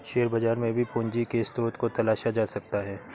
share बाजार में भी पूंजी के स्रोत को तलाशा जा सकता है